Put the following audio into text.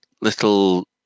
little